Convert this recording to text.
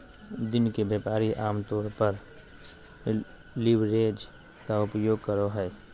दिन के व्यापारी आमतौर पर लीवरेज के उपयोग करो हइ